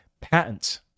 Patents